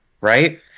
right